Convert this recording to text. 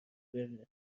بره